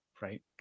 Right